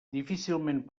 difícilment